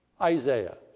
Isaiah